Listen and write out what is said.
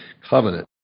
covenant